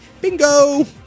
Bingo